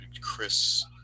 chris